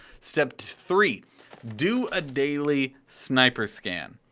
step three do a daily sniper scan.